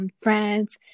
friends